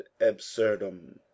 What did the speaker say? absurdum